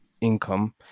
income